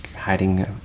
hiding